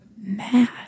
mad